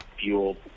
fuel